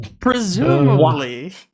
Presumably